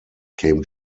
came